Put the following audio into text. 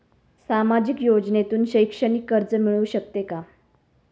सामाजिक योजनेतून शैक्षणिक कर्ज मिळू शकते का?